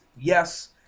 Yes